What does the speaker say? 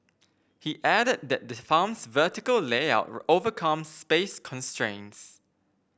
he added that the farm's vertical layout overcomes space constraints